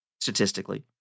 statistically